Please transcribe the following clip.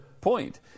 point